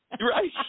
Right